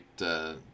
right